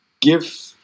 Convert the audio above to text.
give